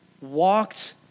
walked